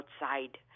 outside